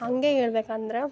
ಹಾಗೆ ಹೇಳ್ಬೇಕು ಅಂದ್ರೆ